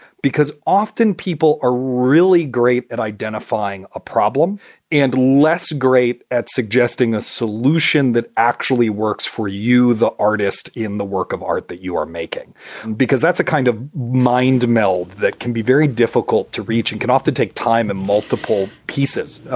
because often people are really great at identifying a problem and less great at suggesting a solution that actually works for you. the artist in the work of art that you are making because that's a kind of mind meld that can be very difficult to reach and can often take time and multiple pieces.